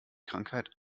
krankheit